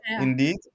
indeed